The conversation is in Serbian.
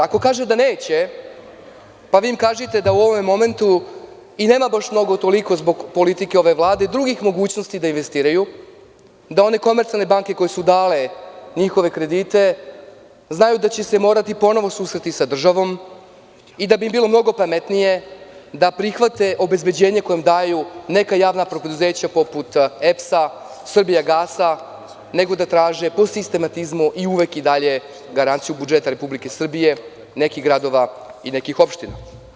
Ako kaže da neće, vi im kažite da u ovom momentu i nema baš toliko, zbog politike ove Vlade, drugih mogućnosti da investiraju, da one komercijalne banke koje su dale njihove kredite znaju da će se morati ponovo susresti sa državom i da im bi bilo mnogo pametnije da prihvate obezbeđenja koja im daju neka javna preduzeća poput „EPS“, „Srbijagasa“, nego da traže po sistematizmu i dalje garanciju budžeta Republike Srbije, nekih gradova i nekih opština.